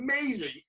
amazing